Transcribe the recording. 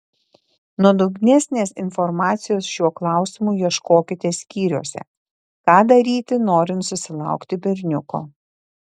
nuodugnesnės informacijos šiuo klausimu ieškokite skyriuose ką daryti norint susilaukti berniuko